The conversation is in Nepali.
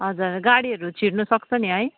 हजुर गाडीहरू छिर्नु सक्छ नि है